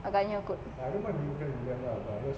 agaknya kot